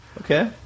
Okay